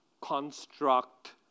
construct